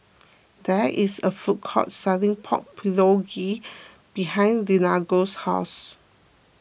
there is a food court selling Pork Bulgogi behind Deangelo's house